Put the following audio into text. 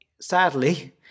sadly